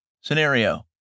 Scenario